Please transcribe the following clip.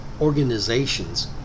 organizations